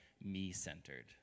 me-centered